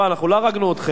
לא, אנחנו לא הרגנו אתכם.